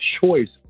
choice